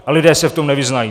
A lidé se v tom nevyznají.